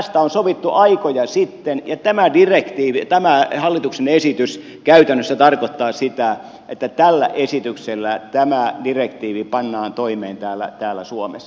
tästä on sovittu aikoja sitten ja tämä hallituksen esitys käytännössä tarkoittaa sitä että tällä esityksellä tämä direktiivi pannaan toimeen täällä suomessa